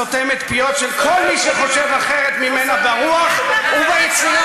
הסותמת פיות של כל מי שחושב אחרת ממנה ברוח וביצירה.